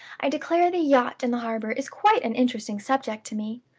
i declare the yacht in the harbor is quite an interesting subject to me!